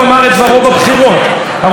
הרוב אמר את דברו בית הזה,